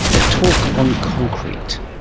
a talk on concrete.